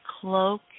cloak